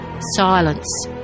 Silence